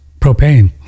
propane